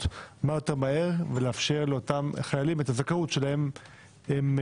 כמה שיותר מהר ולאפשר לאותם חיילים את הזכאות שלה הם זכאים.